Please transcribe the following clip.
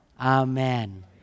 Amen